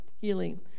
healing